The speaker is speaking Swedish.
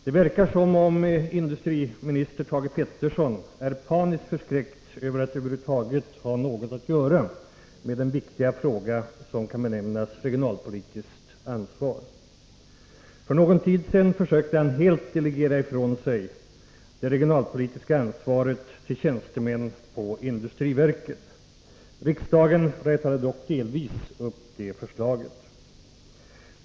Det verkar som om industriminister Thage Peterson är paniskt förskräckt för att över huvud taget ha något att göra med den viktiga fråga som kan benämnas regionalpolitiskt ansvar. För någon tid sedan försökte han att helt delegera ifrån sig det regionalpolitiska ansvaret till tjänstemän på industriverket. Riksdagen rätade dock delvis upp det förslaget.